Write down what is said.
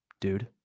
dude